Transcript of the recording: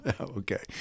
Okay